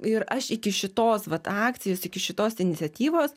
ir aš iki šitos vat akcijos iki šitos iniciatyvos